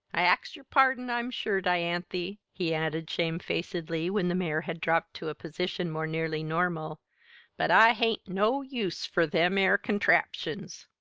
i ax yer pardon, i'm sure, dianthy, he added shamefacedly, when the mare had dropped to a position more nearly normal but i hain't no use fur them ere contraptions!